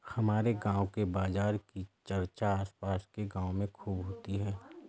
हमारे गांव के बाजार की चर्चा आस पास के गावों में खूब होती हैं